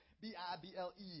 B-I-B-L-E